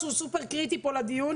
שהוא סופר קריטי פה לדיון,